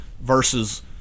versus